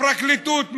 הפרקליטות: